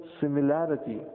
similarity